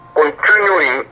continuing